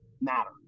matter